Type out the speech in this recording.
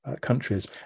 countries